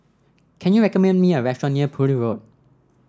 can you recommend me a restaurant near Poole Road